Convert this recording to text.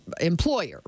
employer